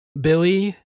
Billy